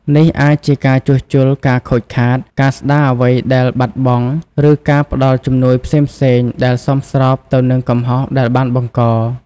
នេះអាចជាការជួសជុលការខូចខាត ការស្ដារអ្វីដែលបាត់បង់ ឬការផ្តល់ជំនួយផ្សេងៗដែលសមស្របទៅនឹងកំហុសដែលបានបង្ក។